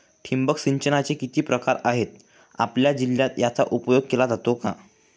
ठिबक सिंचनाचे किती प्रकार आहेत? आपल्या जिल्ह्यात याचा उपयोग केला जातो का?